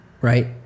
right